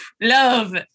love